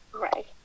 right